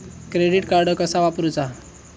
Credit card कसा वापरूचा?